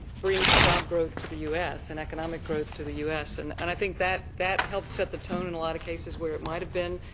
brings job growth to the u s, and economic growth to the u s. and, i think that that helped set the tone in a lot of cases where it might have been,